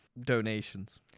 donations